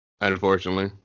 Unfortunately